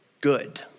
good